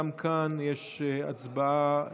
גם כאן יש הצבעה,